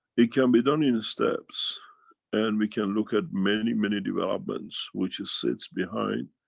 it can be done in steps and we can look at many, many developments which sits behind.